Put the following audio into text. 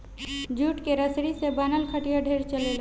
jute के रसरी के बिनल खटिया ढेरे चलेला